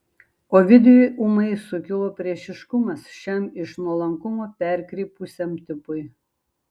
ovidijui ūmai sukilo priešiškumas šiam iš nuolankumo perkrypusiam tipui